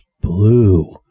blue